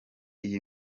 iyi